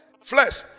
flesh